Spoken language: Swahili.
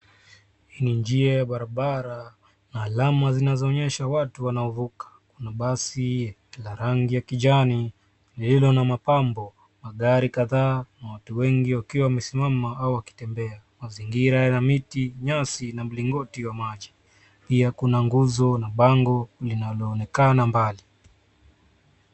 Hii ni njia ya barabara na alama ambazo zinaonyesha watu wanaovuka. Kuna basi la rangi ya kijani, lililo na mapambo, magari kadhaa na watu wengi wakiwa wamesimama au wakitembea. Mazingira yana miti, nyasi na mlingoti wa maji. Pia kuna nguzo na bango linaloonekana mbali.